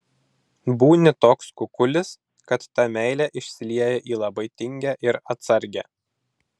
būni toks kukulis kad ta meilė išsilieja į labai tingią ir atsargią